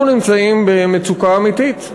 אנחנו נמצאים במצוקה אמיתית.